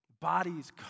Bodies